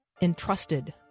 entrusted